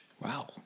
Wow